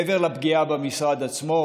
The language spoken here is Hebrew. מעבר לפגיעה במשרד עצמו,